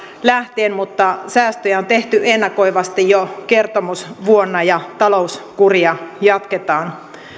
lähtien mutta säästöjä on tehty ennakoivasti jo kertomusvuonna ja talouskuria jatketaan